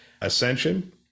Ascension